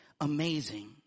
amazing